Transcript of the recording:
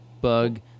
bug